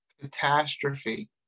catastrophe